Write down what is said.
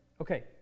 Okay